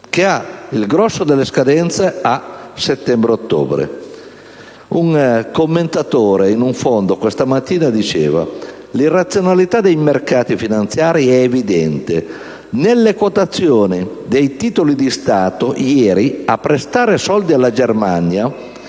che ha il grosso delle scadenze a settembre-ottobre. Un commentatore, in un articolo di fondo, questa mattina diceva che «l'irrazionalità dei mercati finanziari è evidente. Nelle quotazioni dei titoli di Stato di ieri a prestare soldi alla Germania